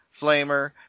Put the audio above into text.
Flamer